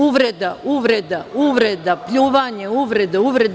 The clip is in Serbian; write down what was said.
Uvreda, uvreda, uvreda, pljuvanje, uvreda, uvreda.